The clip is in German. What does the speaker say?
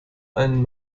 einen